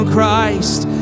Christ